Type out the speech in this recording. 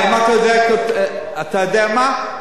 אתה יודע מה,